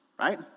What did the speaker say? Right